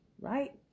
right